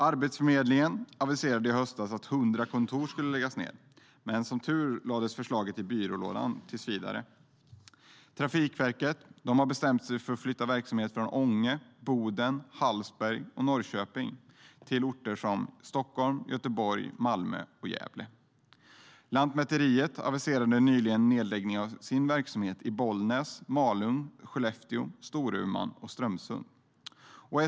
Arbetsförmedlingen aviserade i höstas att 100 kontor skulle läggas ned, men som tur var lades förslaget i byrålådan tillsvidare. Trafikverket har bestämt sig för att flytta verksamhet från Ånge, Boden, Hallsberg och Norrköping till orter som Stockholm, Göteborg, Malmö och Gävle. Lantmäteriet aviserade nyligen nedläggning av sin verksamhet i Bollnäs, Malung, Sollefteå, Storuman och Strömsund.